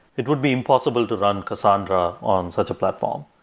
it would be impossible to run cassandra on such a platform.